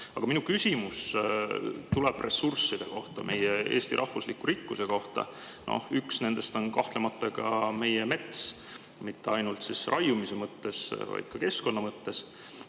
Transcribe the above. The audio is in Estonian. Aga minu küsimus tuleb ressursside kohta, meie Eesti rahvusliku rikkuse kohta. Üks nendest on kahtlemata ka meie mets, mitte ainult raiumise mõttes, vaid ka keskkonna mõttes.